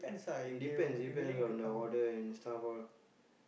depends depends on the order and staff all